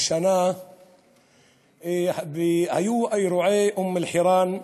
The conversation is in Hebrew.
השנה היו אירועי אום-אלחיראן,